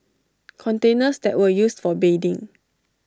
containers that were used for bathing